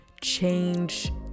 change